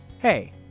Hey